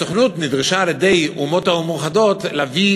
הסוכנות נדרשה על-ידי האומות המאוחדות להביא